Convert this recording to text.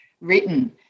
written